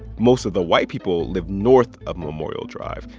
most of the white people live north of memorial drive.